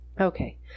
Okay